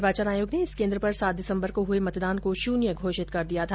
निर्वाचन आयोग ने इस केन्द्र पर सात दिसम्बर को हुए मतदान को शून्य घोषित कर दिया था